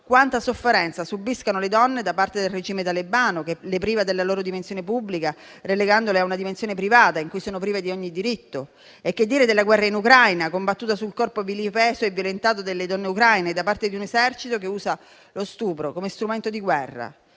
quanta sofferenza subiscano le donne da parte del regime talebano, che le priva della loro dimensione pubblica, relegandole a una dimensione privata in cui sono prive di ogni diritto. E che dire della guerra in Ucraina, combattuta sul corpo vilipeso e violentato delle donne ucraine da parte di un esercito che usa lo stupro come strumento di guerra?